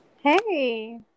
Hey